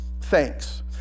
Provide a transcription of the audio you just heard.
thanks